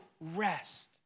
rest